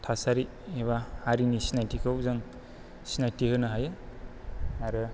थासारि एबा हारिनि सिनायथिखौ जों सिनायथि होनो हायो आरो